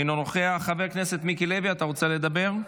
אינו נוכח, חבר הכנסת מיקי לוי, אתה רוצה לדבר?